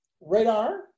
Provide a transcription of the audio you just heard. radar